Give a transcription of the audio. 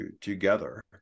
together